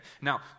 Now